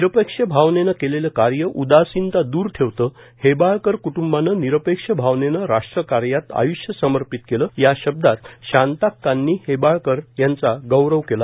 निरपेक्ष भावनेने केलेलं कार्य उदासीनता द्र ठेवतं हेबाळकर क्टूंबाने निरपेक्ष भावनेनं राष्ट्रकार्यात आयुष्य समर्पित केलं या शब्दांत शांताक्कांनी हेबाळकर यांचा गौरव केला